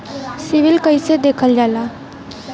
CIBIL कैसे देखल जाला?